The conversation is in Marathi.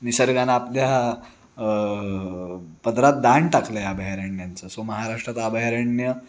निसर्गानं आपल्या पदरात दान टाकलं आहे अभयारण्यांचं सो महाराष्ट्रात अभयारण्य